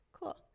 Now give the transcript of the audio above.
Cool